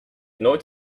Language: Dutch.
nooit